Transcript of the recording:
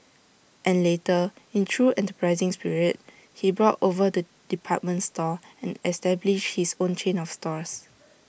and later in true enterprising spirit he brought over the department store and established his own chain of stores